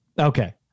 Okay